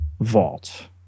vault